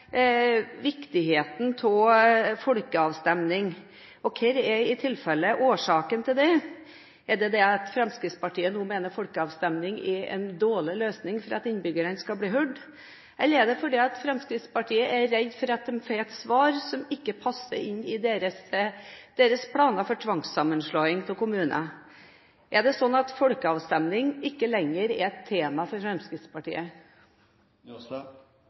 viktigheten av folkeavstemning, og hva er i tilfelle årsaken til det? Er det det at Fremskrittspartiet nå mener at folkeavstemning er en dårlig løsning for innbyggerne med tanke på å bli hørt? Eller er det fordi Fremskrittspartiet er redd for at de får et svar som ikke passer inn i deres planer for tvangssammenslåing av kommuner? Er det slik at folkeavstemning ikke lenger er et tema for Fremskrittspartiet?